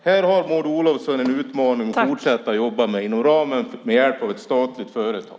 Här har Maud Olofsson en utmaning att fortsätta att jobba med inom ramen för och med hjälp av ett statligt företag.